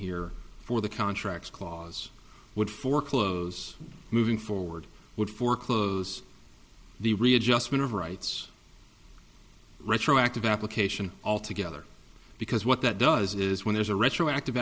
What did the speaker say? here for the contracts clause would foreclose moving forward would foreclose the readjustment of rights retroactive application all together because what that does is when there's a retroactive